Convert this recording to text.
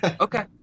Okay